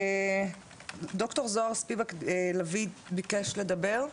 ד"ר זוהר ספיבק לביא ביקשה לדבר,